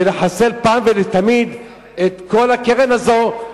ולחסל פעם ולתמיד את כל הקרן הזאת,